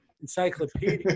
encyclopedia